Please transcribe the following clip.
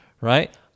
right